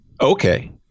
Okay